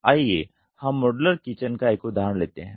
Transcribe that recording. आइए हम modular kitchen का एक उदाहरण लेते हैं